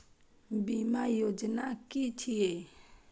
बीमा योजना कि छिऐ?